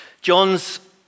John's